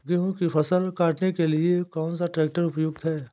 गेहूँ की फसल काटने के लिए कौन सा ट्रैक्टर उपयुक्त है?